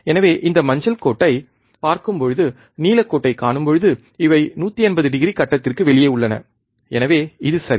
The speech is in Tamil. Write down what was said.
எனவே இந்த மஞ்சள் கோட்டைப் பார்க்கும்போது நீலக்கோட்டைக் காணும்போது இவை 180 டிகிரி கட்டத்திற்கு வெளியே உள்ளன எனவே இது சரி